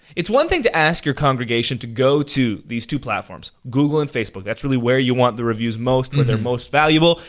it's one thing to ask your congregation to go to these two platforms, google and facebook, that's really where you want the reviews most, where they're most valuable.